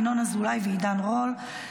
ינון אזולאי ועידן רול.